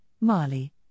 Mali